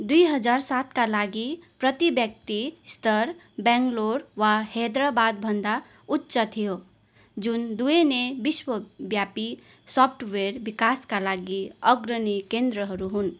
दुई हजार सातका लागि प्रति व्यक्ति स्तर बेङ्गलोर वा हैदराबादभन्दा उच्च थियो जुन दुवै नै विश्वव्यापी सफ्टवेयर विकासका लागि अग्रणी केन्द्रहरू हुन्